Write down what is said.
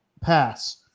pass